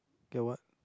get what